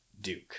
Duke